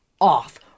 off